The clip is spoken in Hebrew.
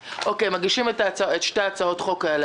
מגישים את שתי הצעות החוק האלה.